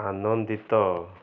ଆନନ୍ଦିତ